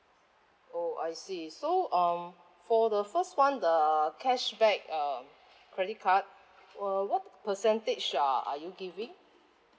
oh I see so um for the first one the cashback uh credit card uh what percentage are are you giving